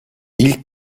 i̇lk